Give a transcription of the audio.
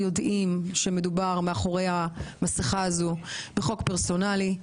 יודעים שמדובר מאחורי המסכה הזו בחוק פרסונלי,